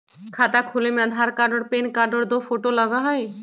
खाता खोले में आधार कार्ड और पेन कार्ड और दो फोटो लगहई?